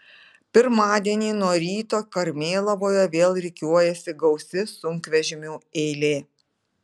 pirmadienį nuo ryto karmėlavoje vėl rikiuojasi gausi sunkvežimių eilė